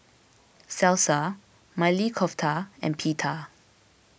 Salsa Maili Kofta and Pita